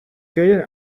good